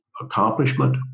accomplishment